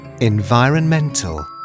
Environmental